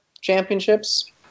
championships